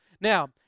Now